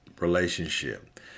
relationship